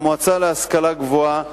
שהמועצה להשכלה גבוהה,